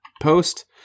post